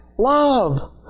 love